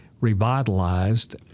revitalized